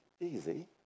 easy